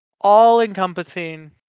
all-encompassing